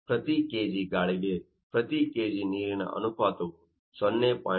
ಪ್ರತಿ kg ಗಾಳಿಗೆ ಪ್ರತಿ kg ನೀರಿನ ಅನುಪಾತವು 0